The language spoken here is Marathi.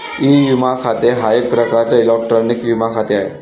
ई विमा खाते हा एक प्रकारचा इलेक्ट्रॉनिक विमा खाते आहे